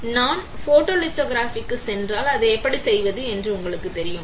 இப்போது நான் ஃபோட்டோலித்தோகிராஃபிக்கு சென்றால் அதை எப்படி செய்வது என்று உங்களுக்குத் தெரியும்